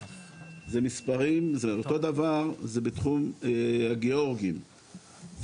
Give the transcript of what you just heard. אותו דבר בתחום הגיאורגים.